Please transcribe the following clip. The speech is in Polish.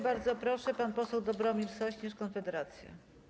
Bardzo proszę, pan poseł Dobromir Sośnierz, Konfederacja.